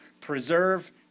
Preserve